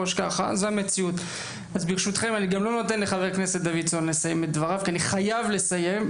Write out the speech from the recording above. ברשותכם, אני חייב לסיים.